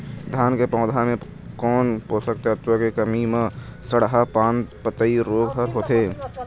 धान के पौधा मे कोन पोषक तत्व के कमी म सड़हा पान पतई रोग हर होथे?